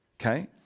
okay